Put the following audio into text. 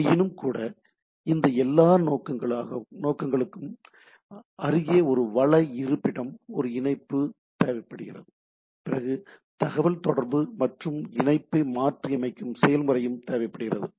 ஆயினும்கூட இந்த எல்லா நோக்கங்களுக்காகவும் அங்கே ஒரு வள இருப்பிடம் ஒரு இணைப்பு தேவைப்படுகிறது பிறகு தகவல் தொடர்பு மற்றும் இணைப்பை மாற்றியமைக்கும் செயல்முறையும் தேவைப்படுகின்றன